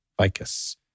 Vicus